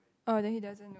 oh then he doesn't